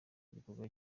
igikorwa